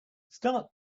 start